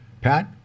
Pat